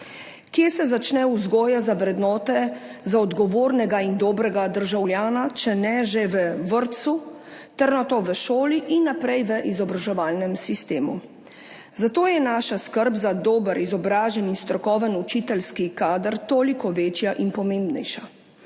Kje se začne vzgoja za vrednote, za odgovornega in dobrega državljana, če ne že v vrtcu, ter na to v šoli in naprej v izobraževalnem sistemu, zato je naša skrb za dober, izobražen in strokoven učiteljski kader toliko večja in pomembnejša.